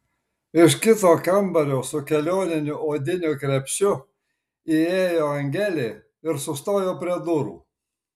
iš kito kambario su kelioniniu odiniu krepšiu įėjo angelė ir sustojo prie durų